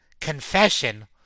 confession